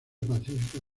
pacífica